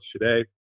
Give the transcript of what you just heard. today